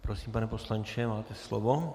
Prosím, pane poslanče, máte slovo.